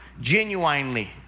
genuinely